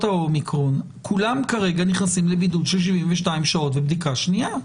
ה-אומיקרון וכרגע כולם נכנסים לבידוד של 72 שעות ובדיקה שנייה.